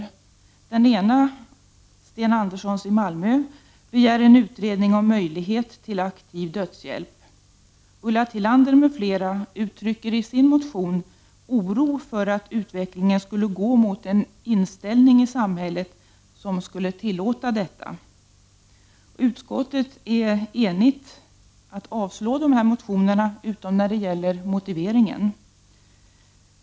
I den ena, av Sten Andersson i Malmö, begärs en utredning om möjlighet till aktiv dödshjälp. Ulla Tillander m.fl. uttrycker i sin motion oro för att utvecklingen i samhället skulle gå mot en inställning som skulle tillåta detta. Utskottet är enigt om att avstyrka motionerna men inte om motiveringen.